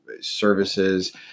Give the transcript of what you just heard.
services